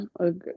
Okay